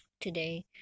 today